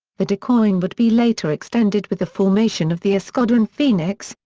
the decoying would be later extended with the formation of the escuadron fenix,